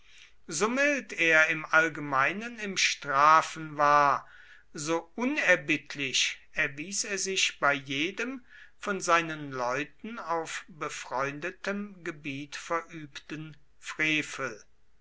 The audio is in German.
so mild er im allgemeinen im strafen war so unerbittlich erwies er sich bei jedem von seinen leuten auf befreundetem gebiet verübten frevel